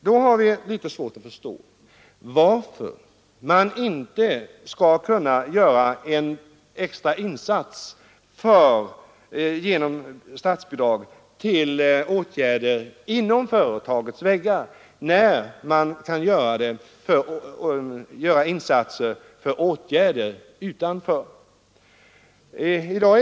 Då har vi ytterst svårt att förstå varför man inte genom statsbidrag skall kunna göra en extra insats för åtgärder inom företagets väggar när man kan göra insatser för åtgärder utanför företagen.